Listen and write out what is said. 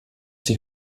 die